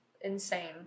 insane